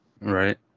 Right